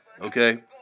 Okay